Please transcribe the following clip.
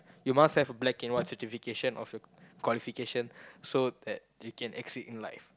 you must have a black and white certification of your qualification so that you can excel in life